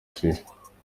shisha